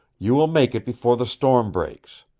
you will make it before the storm breaks.